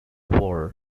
war